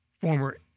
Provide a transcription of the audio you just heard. former